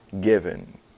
given